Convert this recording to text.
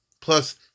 plus